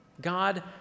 God